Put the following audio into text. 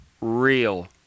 real